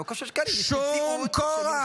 זה לא קשור לשקרים --- שום כורח.